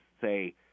say